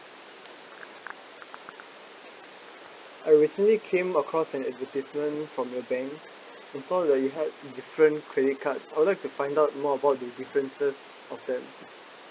I recently came across an advertisement from your bank and found that you have different credit card I would like to find out more about the differences of them